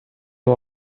you